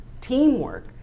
teamwork